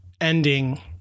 ending